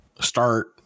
start